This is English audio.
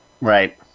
Right